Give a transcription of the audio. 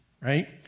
right